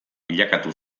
bilakatu